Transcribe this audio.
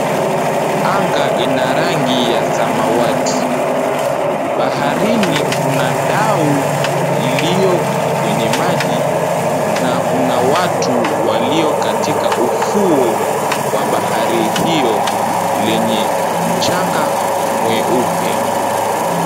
Anga ina rangi ya samawati. Baharini kuna dau iliyo kwenye maji na kuna watu waliokatika ufuo wa bahari hio lenye mchanga mweupe.